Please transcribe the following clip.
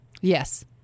Yes